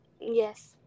Yes